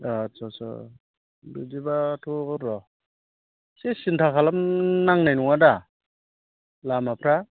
आट्चा आट्चा बिदिबाथ' र' एसे सिन्था खालामनांनाय नङा दा लामाफ्रा